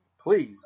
Please